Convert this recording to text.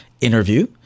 interview